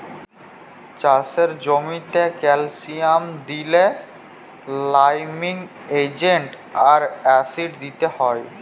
চাষের জ্যামিতে ক্যালসিয়াম দিইলে লাইমিং এজেন্ট আর অ্যাসিড দিতে হ্যয়